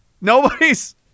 Nobody's